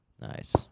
Nice